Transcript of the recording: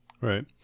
Right